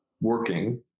working